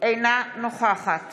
אינה נוכחת